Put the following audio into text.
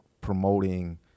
promoting